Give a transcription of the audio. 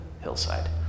hillside